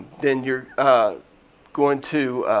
then you're going to